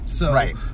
Right